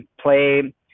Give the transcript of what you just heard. play